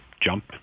jump